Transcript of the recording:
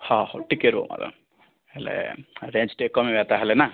ହ ହଉ ଟିକେ ରୁହ ମ୍ୟାଡ଼ାମ ହେଲେ ରେଞ୍ଜ୍ ଟିକେ କମେଇବା ତାହାଲେ ନା